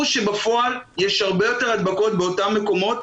שבפועל יש הרבה יותר הדבקות באותם מקומות.